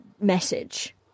message